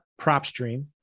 PropStream